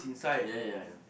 ya ya ya ya